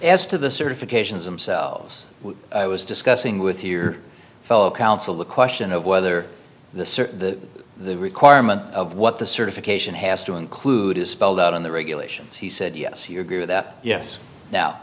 to the certifications themselves i was discussing with here fellow counsel the question of whether the circuit requirement of what the certification has to include is spelled out in the regulations he said yes you agree with that yes now